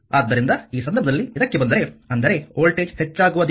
ಆದ್ದರಿಂದ ಈ ಸಂದರ್ಭದಲ್ಲಿ ಇದಕ್ಕೆ ಬಂದರೆ ಅಂದರೆ ವೋಲ್ಟೇಜ್ ಹೆಚ್ಚಾಗುವ ದಿಕ್ಕು